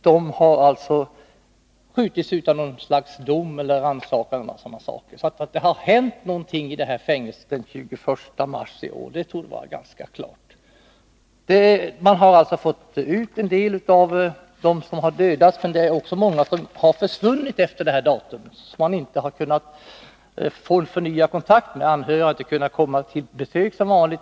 De har skjutits utan något slags dom eller rannsakan eller sådant. Det har alltså hänt någonting i det här fängelset den 21 mars i år. Det torde vara ganska klart. Man har alltså fått ut en del av dem som har dödats. Det är också många som har försvunnit efter det här datumet och som man inte kunnat få nya kontakter med. Anhöriga har inte kunnat komma på besök som vanligt.